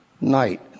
night